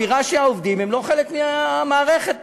אווירה שהעובדים הם לא חלק מהמערכת פה.